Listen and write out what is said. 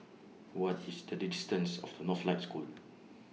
What IS The distance of Northlight School